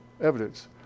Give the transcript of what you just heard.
evidence